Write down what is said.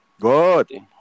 good